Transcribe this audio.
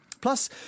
Plus